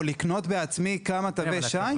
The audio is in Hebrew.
או לקנות בעצמי כמה תווי שי.